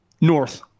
north